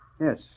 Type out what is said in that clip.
Yes